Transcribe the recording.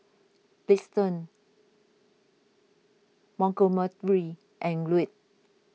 Liston Montgomery and Ruel